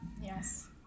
Yes